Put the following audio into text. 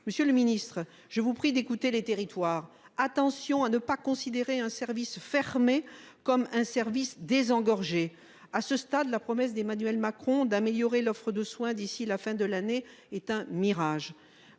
Monsieur le Ministre, je vous prie d'écouter les territoires. Attention à ne pas considérer un service fermé comme un service désengorger. À ce stade, la promesse d'Emmanuel Macron d'améliorer l'offre de soin d'ici la fin de l'année est un mirage.